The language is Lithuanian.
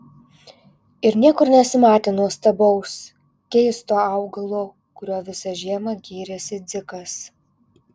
ir niekur nesimatė nuostabaus keisto augalo kuriuo visą žiemą gyrėsi dzikas